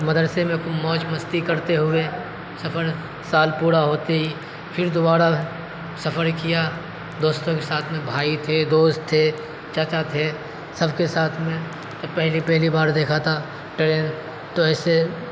تو مدرسے میں خوب موج مستی کرتے ہوئے سفر سال پورا ہوتے ہی فر دوبارہ سفر کیا دوستوں کے ساتھ میں بھائی تھے دوست تھے چاچا تھے سب کے ساتھ میں پہلی پہلی بار دیکھا تھا ٹرین تو ایسے